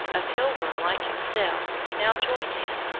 a pilgrim like himself, now joined him,